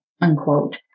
unquote